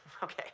Okay